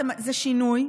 זה שינוי,